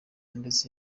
ndetse